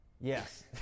Yes